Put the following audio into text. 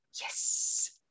Yes